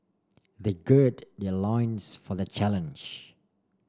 they gird their loins for the challenge